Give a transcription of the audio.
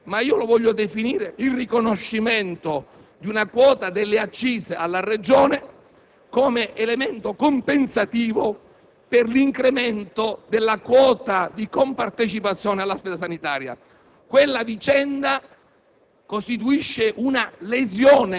- la "retrocessione" (ma io voglio definirlo come "riconoscimento") di una quota delle accise alla Regione come elemento compensativo per l'incremento della quota di compartecipazione alla spesa sanitaria. Quella vicenda